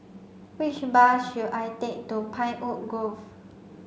which bus should I take to Pinewood Grove